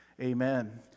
Amen